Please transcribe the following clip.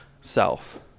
self